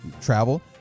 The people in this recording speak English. travel